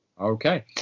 Okay